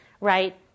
right